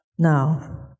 Now